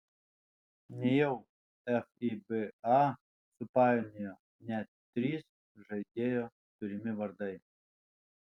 nejau fiba supainiojo net trys žaidėjo turimi vardai